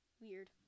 weird